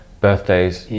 birthdays